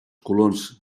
colons